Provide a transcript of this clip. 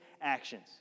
actions